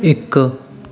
ਇੱਕ